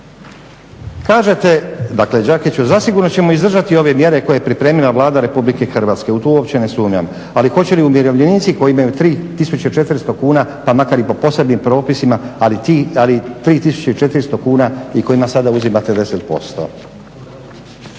Kažete, dakle Đakiću, zasigurno ćemo izdržati ove mjere koje je pripremila Vlada Republike Hrvatske, u to uopće ne sumnjam, ali hoće li umirovljenici koji imaju 3400 kuna pa makar i po posebnim propisima ali 3400 kuna i kojima sada uzimate 10%